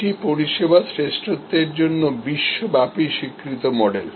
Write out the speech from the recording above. এটি পরিষেবার শ্রেষ্ঠত্বের জন্য বিশ্বব্যাপী স্বীকৃত মডেল